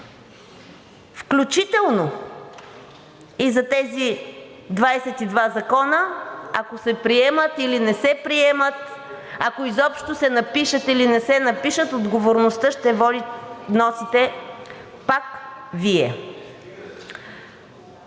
включително и за тези 22 закона, ако се приемат или не се приемат, ако изобщо се напишат или не се напишат, отговорността ще носите пак Вие.